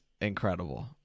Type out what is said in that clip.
incredible